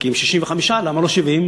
כי אם 65 למה לא 70?